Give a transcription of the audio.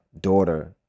daughter